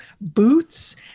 boots